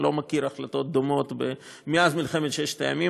אני לא מכיר החלטות דומות מאז מלחמת ששת הימים,